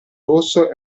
rosso